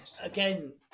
again